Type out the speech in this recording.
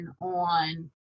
on